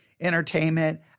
entertainment